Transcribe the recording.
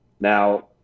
Now